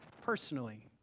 personally